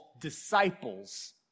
disciples